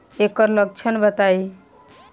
ऐकर लक्षण बताई?